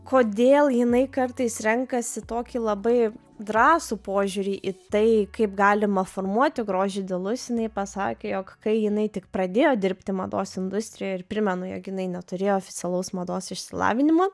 kodėl jinai kartais renkasi tokį labai drąsų požiūrį į tai kaip galima formuoti grožio idealus jinai pasakė jog kai jinai tik pradėjo dirbti mados industrijoje ir primenu jog jinai neturėjo oficialaus mados išsilavinimo